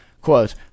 Quote